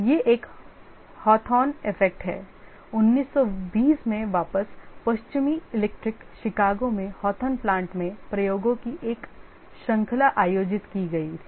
यह एक Hawthorn effect है 1920 में वापस पश्चिमी इलेक्ट्रिक शिकागो में Hawthorn plant में प्रयोगों की एक श्रृंखला आयोजित की गई थी